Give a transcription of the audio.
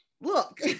look